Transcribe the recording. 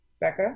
Becca